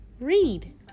read